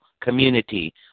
community